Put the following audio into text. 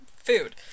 food